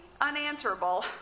unanswerable